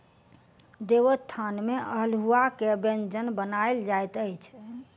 देवोत्थान में अल्हुआ के व्यंजन बनायल जाइत अछि